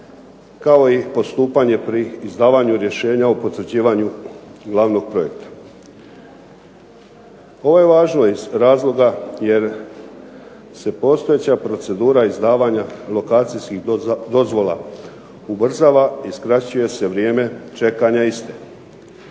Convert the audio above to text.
kao i postupanje pri izdavanju rješenja o potvrđivanju glavnog projekta. Ovo je važno iz razloga jer se postojeća procedura izdavanja lokacijskih dozvola ubrzava i skraćuje se vrijeme čekanja iste.